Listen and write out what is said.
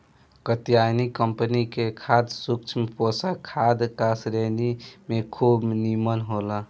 Katyayani company के खाद सूक्ष्म पोषक खाद का श्रेणी में खूब निमन होला